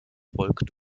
folgt